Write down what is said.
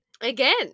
Again